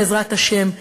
בעזרת השם,